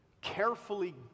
carefully